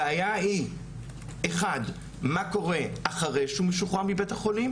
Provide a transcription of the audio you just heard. הבעיה היא מה קורה אחרי שהוא משוחרר מבית-החולים.